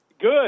Good